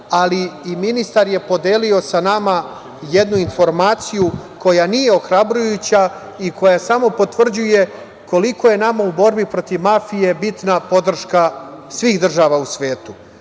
Vulina. Ministar je i podelio sa nama jednu informaciju koja nije ohrabrujuća i koja samo potvrđuje koliko je nama u borbi protiv mafije bitna podrška svih država u svetu.